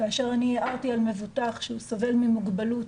כאשר הערתי על מבוטח שהוא סובל ממוגבלות,